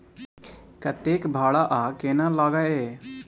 कतेक भाड़ा आ केना लागय ये?